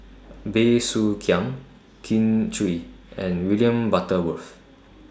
Bey Soo Khiang Kin Chui and William Butterworth